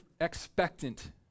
expectant